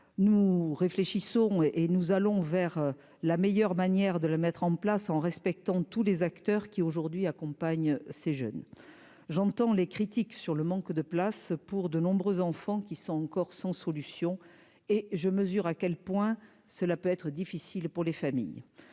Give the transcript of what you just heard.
nous réfléchissons et nous allons vers la meilleure manière de le mettre en place, en respectant tous les acteurs qui aujourd'hui accompagne ces jeunes, j'entends les critiques sur le manque de place pour de nombreux enfants qui sont encore sans solution et je mesure à quel point cela peut être difficile pour les familles,